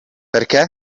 perché